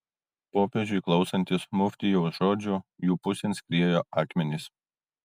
popiežiui klausantis muftijaus žodžių jų pusėn skriejo akmenys